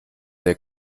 der